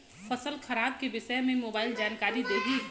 फसल खराब के विषय में मोबाइल जानकारी देही